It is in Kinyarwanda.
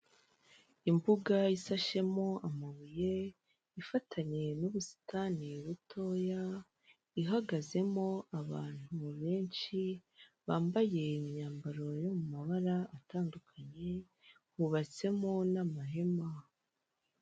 Imbuga isashemo amabuye, ifatanye n'ubusitani butoya, ihagazemo abantu benshi, bambaye imyambaro yo mu mabara atandukanye, hubatsemo n'amahema.